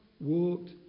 walked